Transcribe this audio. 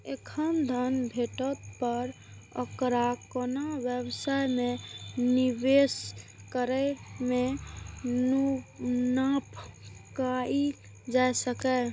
एखन धन भेटै पर ओकरा कोनो व्यवसाय मे निवेश कैर के मुनाफा कमाएल जा सकैए